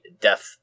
death